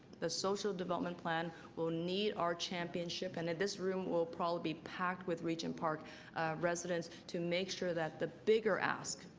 the social development plan will need our championship. and this room will probably be packed with regent park residents to make sure that the bigger ask,